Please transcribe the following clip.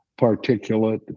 particulate